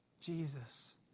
Jesus